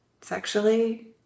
sexually